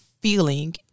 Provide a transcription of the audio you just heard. feeling